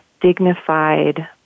dignified